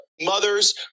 mothers